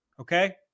Okay